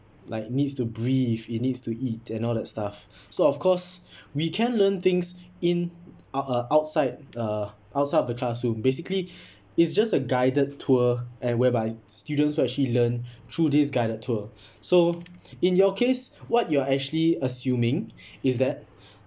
like needs to breathe it needs to eat and all that stuff so of course we can learn things in ou~ uh outside uh outside of the classroom basically it's just a guided tour and whereby students will actually learn through this guided tour so in your case what you're actually assuming is that